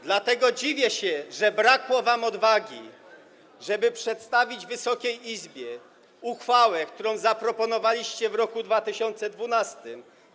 Dlatego dziwię się, że zabrakło wam odwagi, żeby przedstawić Wysokiej Izbie uchwałę, którą zaproponowaliście w roku 2012.